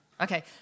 Okay